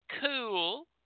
cool